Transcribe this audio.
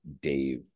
Dave